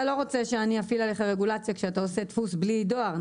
אתה לא רוצה שאני אטיל עליך רגולציה כשאתה עושה דפוס בלי דואר,